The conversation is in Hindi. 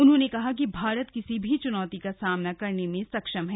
उन्होंने कहा कि भारत किसी भी चुनौती का सामना करने में सक्षम है